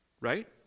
right